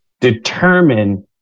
determine